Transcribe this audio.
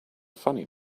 funny